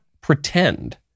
pretend